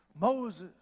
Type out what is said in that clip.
Moses